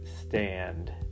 stand